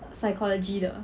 psychology 的